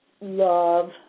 love